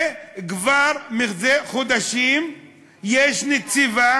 וכבר, זה חודשים יש נציבה